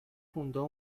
fundó